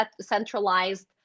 centralized